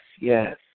yes